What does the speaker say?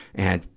and,